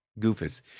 Goofus